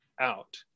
out